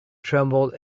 trembled